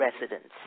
residents